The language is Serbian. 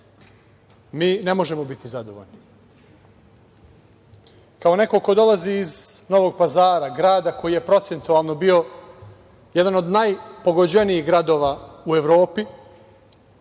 mi ne možemo biti zadovoljni. Kao neko ko dolazi iz Novog Pazara, grada koji je procentualno bio jedan od najpogođenijih gradova u Evropi,